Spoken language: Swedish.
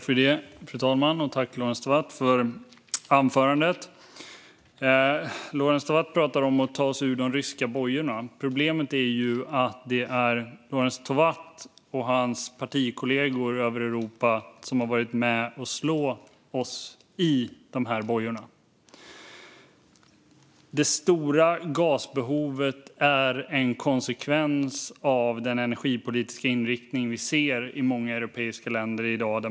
Fru talman! Tack, Lorentz Tovatt, för anförandet! Lorentz Tovatt talar om att vi ska ta oss ur de ryska bojorna. Problemet är dock att det är Lorentz Tovatt och hans partikollegor runt om i Europa som har varit med och slagit oss i dessa bojor. Det stora gasbehovet är en konsekvens av den energipolitiska inriktning vi ser i många europeiska länder i dag.